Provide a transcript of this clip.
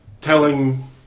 telling